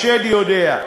השד יודע.